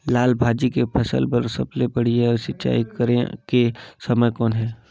लाल भाजी के फसल बर सबले बढ़िया सिंचाई करे के समय कौन हे?